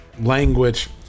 language